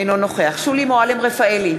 אינו נוכח שולי מועלם-רפאלי,